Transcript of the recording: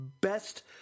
best